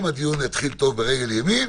אם הדיון יתחיל טוב וברגל ימין,